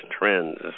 trends